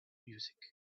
music